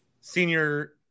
senior